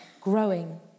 growing